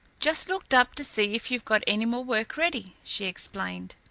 just looked up to see if you've got any more work ready, she explained.